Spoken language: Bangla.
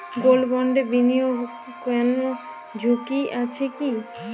গোল্ড বন্ডে বিনিয়োগে কোন ঝুঁকি আছে কি?